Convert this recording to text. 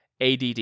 ADD